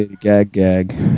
Gag-gag